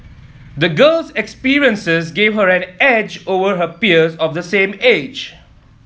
the girl's experiences gave her an edge over her peers of the same age